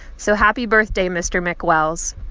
so happy birthday, mr. mcwells.